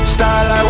Style